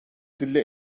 dille